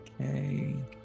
okay